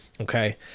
Okay